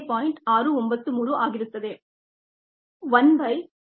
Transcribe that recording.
693 ಆಗಿರುತ್ತದೆ 1 ಬೈ 0